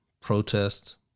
protests